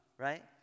Right